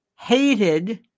Hated